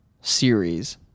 series